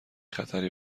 خطری